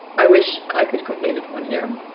i wish i could complete it one year.